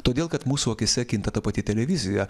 todėl kad mūsų akyse kinta ta pati televizija